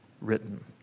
written